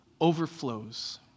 overflows